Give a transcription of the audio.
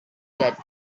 that